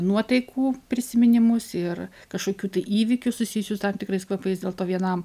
nuotaikų prisiminimus ir kažkokių tai įvykių susijusių su tam tikrais kvapais dėl to vienam